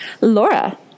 Laura